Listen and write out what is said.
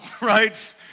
right